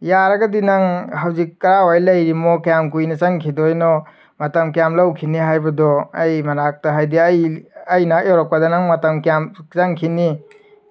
ꯌꯥꯔꯒꯗꯤ ꯅꯪ ꯍꯧꯖꯤꯛ ꯀꯗꯥꯏꯋꯥꯏꯗ ꯂꯩꯔꯤꯝꯅꯣ ꯀꯌꯥꯝ ꯀꯨꯏꯅ ꯆꯪꯈꯤꯗꯣꯏꯅꯣ ꯃꯇꯝ ꯀꯌꯥꯝ ꯂꯧꯈꯤꯅꯤ ꯍꯥꯏꯕꯗꯣ ꯑꯩ ꯃꯅꯥꯛꯇ ꯍꯥꯏꯗꯤ ꯑꯩ ꯑꯩ ꯅꯥꯛ ꯌꯧꯔꯛꯄꯗ ꯅꯪ ꯃꯇꯝ ꯀꯌꯥꯝ ꯆꯪꯈꯤꯅꯤ